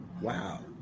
wow